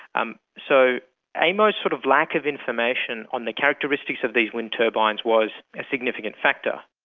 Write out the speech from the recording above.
um so aemo's sort of lack of information on the characteristics of these wind turbines was a significant factor.